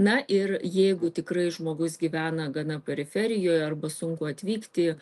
na ir jeigu tikrai žmogus gyvena gana periferijoj arba sunku atvykti